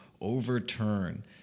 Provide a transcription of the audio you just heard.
overturn